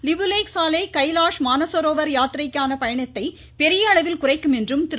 லிபுலேக் சாலை கைலாஷ் மானசரோவர் யாத்திரைக்கான பயணத்தை பெரிய அளவில் குறைக்கும் என்றும் திரு